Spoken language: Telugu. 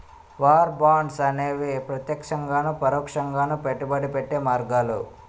వార్ బాండ్స్ అనేవి ప్రత్యక్షంగాను పరోక్షంగాను పెట్టుబడి పెట్టే మార్గాలు